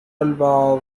البعض